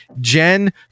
Jen